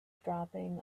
dropping